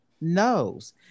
knows